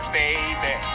baby